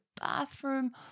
bathroom